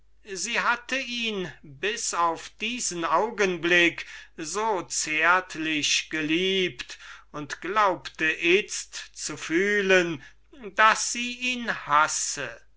sie hatte ihn bis auf diesen augenblick so zärtlich geliebt und glaubte itzt zu fühlen daß sie ihn hasse